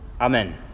Amen